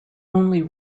only